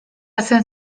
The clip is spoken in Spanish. hacen